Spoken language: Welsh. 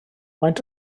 faint